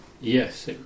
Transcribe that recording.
Yes